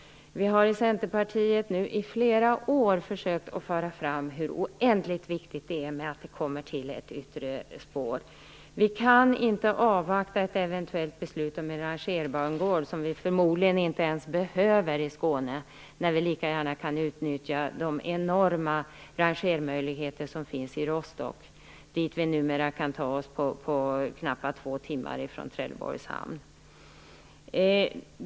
Centerpartiet har under flera år försökt föra fram hur oändligt viktigt ett yttre spår är. Vi kan inte avvakta ett eventuellt beslut om en rangerbangård, som vi förmodligen inte ens behöver i Skåne. Vi kan lika gärna utnyttja de enorma rangermöjligheter som finns i Rostock, dit man numera kan ta sig på knappt två timmar från Trelleborgs hamn.